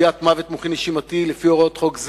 קביעת מוות מוחי-נשימתי לפי הוראות חוק זה.